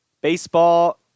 baseball